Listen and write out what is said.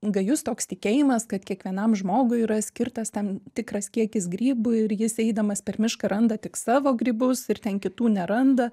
gajus toks tikėjimas kad kiekvienam žmogui yra skirtas ten tikras kiekis grybų ir jis eidamas per mišką randa tik savo grybus ir ten kitų neranda